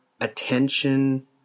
Attention